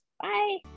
Bye